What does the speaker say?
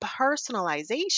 personalization